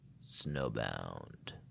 Snowbound